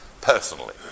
personally